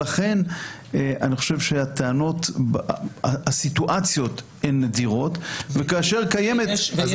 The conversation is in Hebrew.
לכן אני חושב שהסיטואציות הן נדירות וכאשר קיימת --- יש